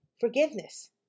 forgiveness